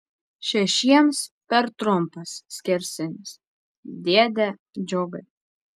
šešiems per trumpas skersinis dėde džiugai